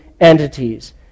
entities